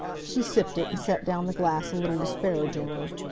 she sipped it and set down the glass a little disparagingly.